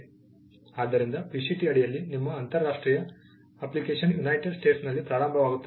ಆದ್ದರಿಂದ PCT ಅಡಿಯಲ್ಲಿ ನಿಮ್ಮ ಅಂತರರಾಷ್ಟ್ರೀಯ ಅಪ್ಲಿಕೇಶನ್ ಯುನೈಟೆಡ್ ಸ್ಟೇಟ್ಸ್ನಲ್ಲಿ ಪ್ರಾರಂಭವಾಗುತ್ತದೆ